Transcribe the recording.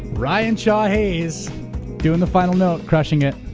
ryan shaw hayes doing the final note, crushing it.